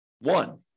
one